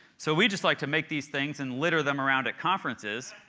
so we just like to make these things and litter them around at conferences.